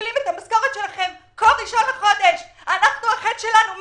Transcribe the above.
שמקבלים את המשכורת שלכם כל ה-1 לחודש כשהחטא שלנו הוא